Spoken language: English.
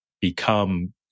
become